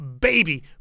baby